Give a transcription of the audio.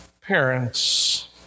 parents